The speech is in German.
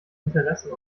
interessen